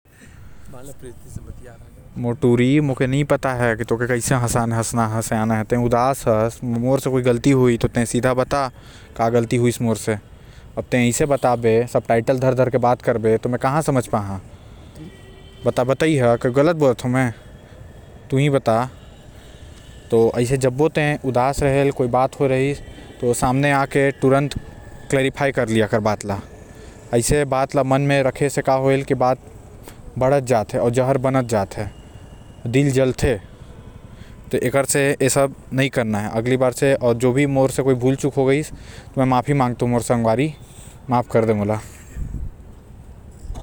मोर टूरी मोला नि पता है। तोला कैसे हसना हे अगर मोर से कोई गलती होईस हे। तो तय सीधा बता मोला बात में काबर उलझत हस ए भाषा मोला नि समझ आएल आऊ तय उदास हुए के कारण ल बता मोला।